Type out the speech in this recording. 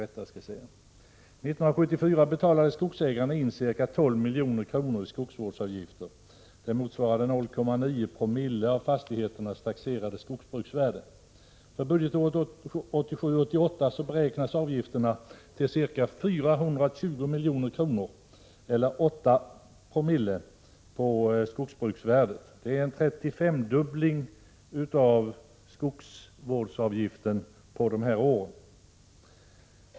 År 1974 betalade skogsägarna in ca 12 milj.kr. i skogsvårdsavgifter, motsvarande 0,9 Joo av fastigheternas taxerade skogsbruksvärde. För budgetåret 1987/88 beräknas avgifterna till ca 420 milj.kr. eller 8 Zo på skogsbruksvärdet. Det är en 35-dubbling på dessa år.